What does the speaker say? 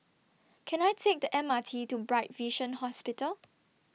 Can I Take The M R T to Bright Vision Hospital